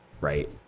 right